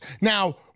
Now